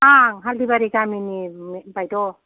आं हाल्दैबारि गामिनि बायद'